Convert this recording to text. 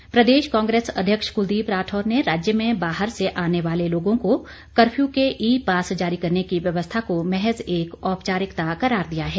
राठौर प्रदेश कांग्रेस अध्यक्ष कुलदीप राठौर ने राज्य में बाहर से आने वाले लोगों को कर्फ्यू के ई पास जारी करने की व्यवस्था को महज एक औपचारिकता करार दिया है